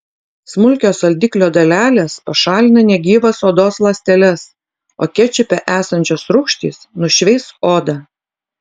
smulkios saldiklio dalelės pašalina negyvas odos ląsteles o kečupe esančios rūgštys nušveis odą